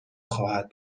خواهد